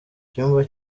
icyumba